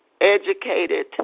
educated